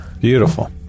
Beautiful